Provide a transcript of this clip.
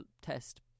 test